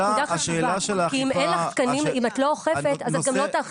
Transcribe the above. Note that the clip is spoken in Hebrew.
אם אין לך תקנים, אם את לא אוכפת, את גם לא תאכפי